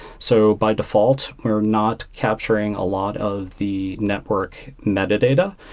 so by default, we are not capturing a lot of the network metadata.